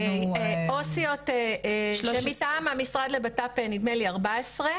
עו"סיות מטעם המשרד לביטחון פנים נדמה לי 14,